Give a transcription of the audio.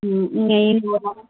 ம்